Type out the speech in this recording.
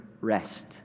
rest